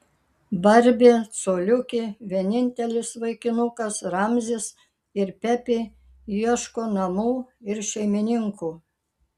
barbė coliukė vienintelis vaikinukas ramzis ir pepė ieško namų ir šeimininkų